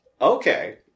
Okay